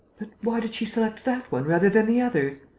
why did she select that one rather than the others?